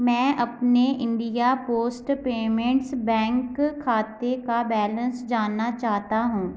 मैं अपने India post payments bank खाते का बैलेंस जानना चाहता हूँ